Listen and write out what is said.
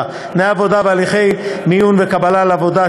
(תנאי עבודה והליכי מיון וקבלה לעבודה),